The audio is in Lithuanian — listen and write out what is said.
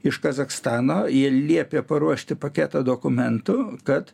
iš kazachstano jie liepė paruošti paketą dokumentų kad